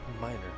minor